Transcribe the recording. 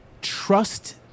trust